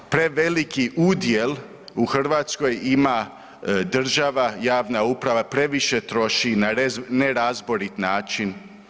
Preveliki udjel u Hrvatskoj ima država, javna uprava previše troši na nerazborit način.